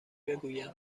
بگویم